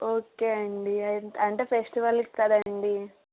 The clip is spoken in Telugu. ఓకే అండి అంటే ఫెస్టివల్కి కదండి